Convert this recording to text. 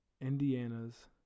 Indiana's